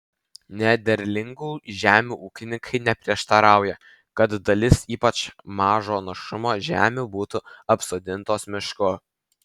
nederlingų žemių ūkininkai neprieštarauja kad dalis ypač mažo našumo žemių būtų apsodintos mišku